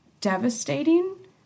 devastating